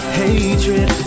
hatred